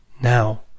now